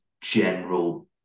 general